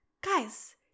guys